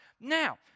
Now